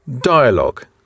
Dialogue